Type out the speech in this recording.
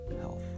health